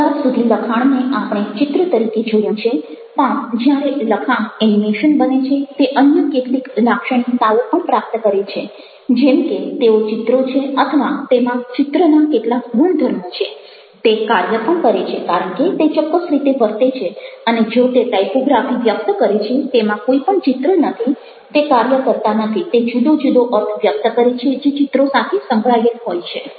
અત્યાર સુધી લખાણને આપણે ચિત્ર તરીકે જોયું છે પણ જ્યારે લખાણ એનિમેશન બને છે તે અન્ય કેટલીક લાક્ષણિકતાઓ પણ પ્રાપ્ત કરે છે જેમ કે તેઓ ચિત્રો છે અથવા તેમાં ચિત્રના કેટલાક ગુણધર્મો છે તે કાર્ય પણ કરે છે કારણ કે તે ચોક્કસ રીતે વર્તે છે અને જો તે ટાઇપોગ્રાફી વ્યક્ત કરે છે તેમાં કોઈ પણ ચિત્ર નથી તે કાર્ય કરતા નથી તે જુદો જુદો અર્થ વ્યક્ત કરે છે જે ચિત્રો સાથે સંકળાયેલ હોય છે